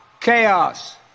chaos